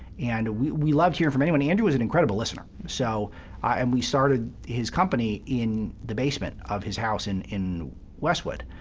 and we we loved hearing from anyone. andrew was an incredible listener, so and we started his company in the basement of his house and in westwood,